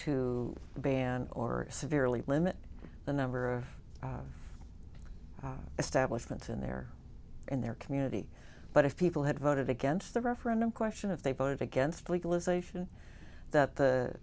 to ban or severely limit the number of establishment in their in their community but if people had voted against the referendum question if they voted against legalisation that the